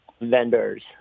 vendors